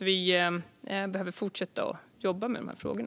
Vi behöver fortsätta att jobba med de frågorna.